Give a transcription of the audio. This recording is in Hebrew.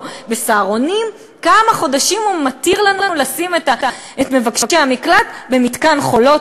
ב"סהרונים"; כמה חודשים הוא מתיר לנו לשים את מבקשי המקלט במתקן "חולות",